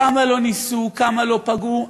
כמה לא ניסו, כמה לא פגעו,